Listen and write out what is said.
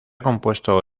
compuesto